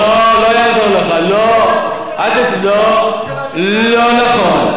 לא נכון, לא נכון,